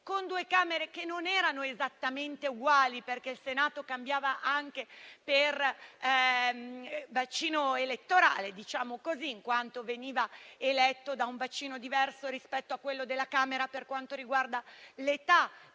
con due Camere che non erano esattamente uguali; il Senato cambiava per bacino elettorale, in quanto veniva eletto da un bacino diverso rispetto a quello della Camera per quanto riguarda l'età